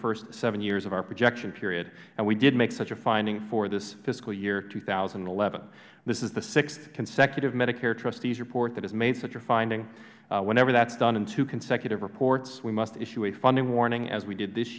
first seven years of our projection period and we did make such a finding for this fiscal year two thousand and eleven this is the sixth consecutive medicare trustees report that has made such a finding whenever that's done in two consecutive reports we must issue a funding warning as we did this